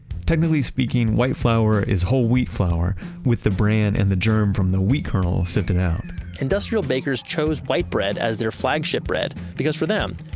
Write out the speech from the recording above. technically speaking, white flour is whole wheat flour with the brand and the germ from the wheat kernel sifted out industrial bakers chose white bread as their flagship bread because for them,